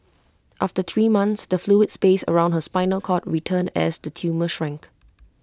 after three months the fluid space around her spinal cord returned as the tumour shrank